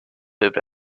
lived